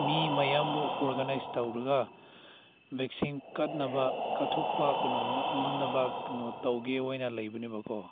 ꯃꯤ ꯃꯌꯥꯝꯕꯨ ꯑꯣꯔꯒꯅꯥꯏꯖ ꯇꯧꯔꯒ ꯕꯦꯛꯁꯤꯟ ꯀꯥꯞꯅꯕ ꯀꯥꯞꯊꯣꯛꯄ ꯀꯩꯅꯣ ꯉꯝꯅꯕ ꯀꯩꯅꯣ ꯇꯧꯒꯦ ꯑꯣꯏꯅ ꯂꯩꯕꯅꯦꯕꯀꯣ